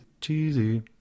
Cheesy